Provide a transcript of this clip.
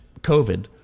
COVID